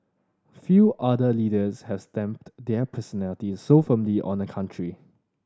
few other leaders have stamped their personalities so firmly on a country